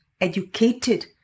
educated